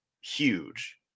huge